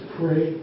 pray